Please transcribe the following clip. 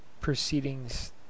Proceedings